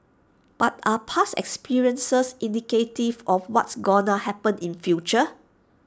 but are past experiences indicative of what's gonna happen in future